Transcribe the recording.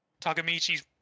Takamichi's